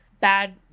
bad